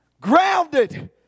grounded